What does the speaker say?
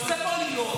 עושה פה עלילות,